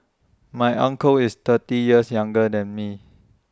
my uncle is thirty years younger than me